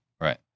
Right